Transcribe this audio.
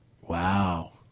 Wow